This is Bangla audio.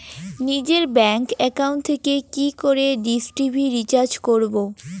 নিজের ব্যাংক একাউন্ট থেকে কি করে ডিশ টি.ভি রিচার্জ করবো?